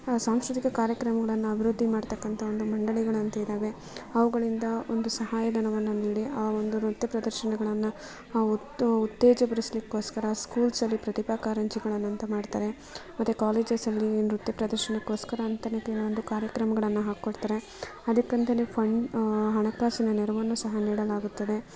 ಸಾಂಸ್ಕೃತಿಕ ಕಾರ್ಯಕ್ರಮಗಳನ್ನು ಅಭಿವೃದ್ಧಿ ಮಾಡತಕ್ಕಂಥ ಒಂದು ಮಂಡಳಿಗಳು ಅಂತ ಇದ್ದಾವೆ ಅವುಗಳಿಂದ ಒಂದು ಸಹಾಯ ಧನವನ್ನು ನೀಡಿ ಆ ಒಂದು ನೃತ್ಯ ಪ್ರದರ್ಶನಗಳನ್ನು ಉ ಉತ್ತೇಜನ ಪಡಿಸಲಿಕ್ಕೋಸ್ಕರ ಸ್ಕೂಲ್ಸಲ್ಲಿ ಪ್ರತಿಭಾ ಕಾರಂಜಿಗಳನ್ನು ಅಂತ ಮಾಡ್ತಾರೆ ಮತ್ತು ಕಾಲೇಜಸಲ್ಲಿ ನೃತ್ಯ ಪ್ರದರ್ಶನಕ್ಕೋಸ್ಕರ ಅಂತಾನೇ ಕೆಲವೊಂದು ಕಾರ್ಯಕ್ರಮಗಳನ್ನು ಹಾಕೊಳ್ತಾರೆ ಅದಕ್ಕಂತಾನೇ ಫಂಡ್ ಹಣಕಾಸಿನ ನೆರವನ್ನು ಸಹ ನೀಡಲಾಗುತ್ತದೆ